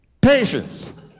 Patience